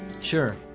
Sure